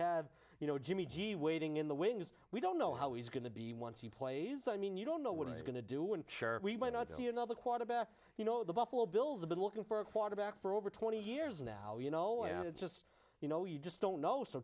have you know jimmy g waiting in the wings we don't know how he's going to be once he plays i mean you don't know what it's going to do and sure we might not see another quarterback you know the buffalo bills have been looking for a quarterback for over twenty years now you know and it's just you know you just don't know so